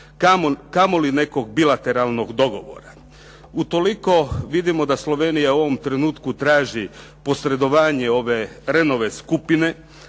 kamo li nekog bilateralnog dogovora. Utoliko vidimo da Slovenija u ovom trenutku traži posredovanje ove Rehnove skupine